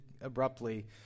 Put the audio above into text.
abruptly